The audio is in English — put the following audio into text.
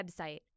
website